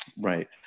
Right